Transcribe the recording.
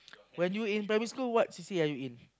when you in primary school what C_C_A are you in